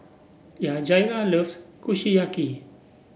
Yajaira loves Kushiyaki